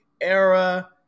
era